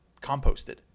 composted